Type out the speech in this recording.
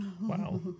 Wow